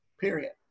period